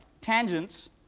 tangents